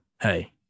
Hey